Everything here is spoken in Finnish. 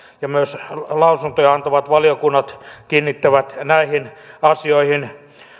ja myös lausuntoja antavat valiokunnat kiinnittävät näihin asioihin